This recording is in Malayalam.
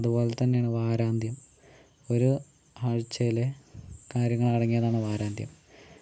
അതുപോലെ തന്നെ ആണ് വാരാന്ധ്യം ഒരു ആഴ്ചയിലെ കാര്യങ്ങൾ അടങ്ങിയതാണ് വാരാന്ധ്യം